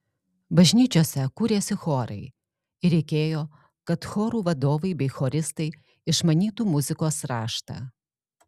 bažnyčiose kūrėsi chorai ir reikėjo kad chorų vadovai bei choristai išmanytų muzikos raštą